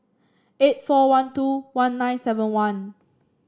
eight four one two one nine seven one